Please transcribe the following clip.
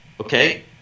Okay